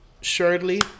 surely